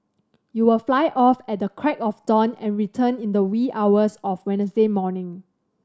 you'll fly off at the crack of dawn and return in the wee hours of Wednesday morning